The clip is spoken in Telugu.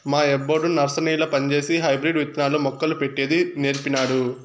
మా యబ్బొడు నర్సరీల పంజేసి హైబ్రిడ్ విత్తనాలు, మొక్కలు పెట్టేది నీర్పినాడు